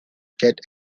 get